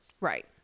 Right